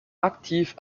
aktiv